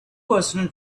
personal